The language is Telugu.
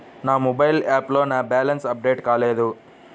నా మొబైల్ యాప్లో నా బ్యాలెన్స్ అప్డేట్ కాలేదు